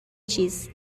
چیز